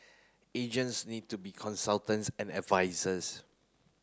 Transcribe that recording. agents need to be consultants and advisers